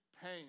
pain